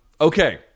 Okay